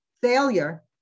Failure